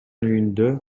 үйүндө